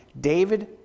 David